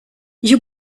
you